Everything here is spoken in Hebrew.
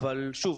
אבל שוב,